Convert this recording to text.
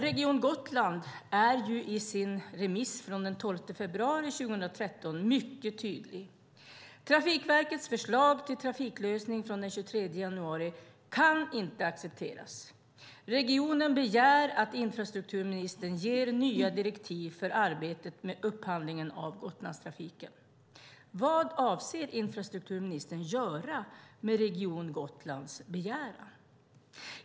Region Gotland är mycket tydlig i sin remiss från den 12 februari 2013: Trafikverkets förslag till trafiklösning från den 23 januari kan inte accepteras. Regionen begär att infrastrukturministern ger nya direktiv för arbetet med upphandlingen av Gotlandstrafiken. Vad avser infrastrukturministern att göra med Region Gotlands begäran?